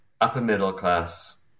upper-middle-class